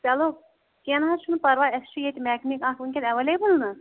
چلو کیٚنٛہہ نہٕ حظ چھُنہٕ پرواے اَسہِ چھُ ییٚتہِ مٮ۪کنِک اَکھ وٕنۍکٮ۪ن اٮ۪ویلبٕل نا